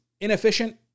inefficient